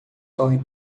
correm